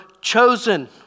chosen